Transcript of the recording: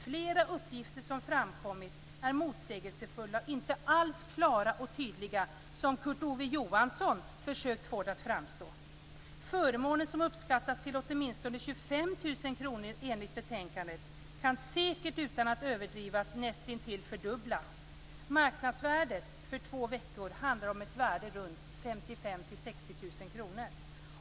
Flera uppgifter som framkommit är motsägelsefulla, och inte alls klara och tydliga, som Kurt Ove Johansson försökt få dem att framstå. Förmånen som uppskattas till åtminstone 25 000 kr enligt betänkandet kan man säkert utan att överdriva nästintill fördubbla. Marknadsvärdet för två veckor handlar om runt 55 000-60 000 kr.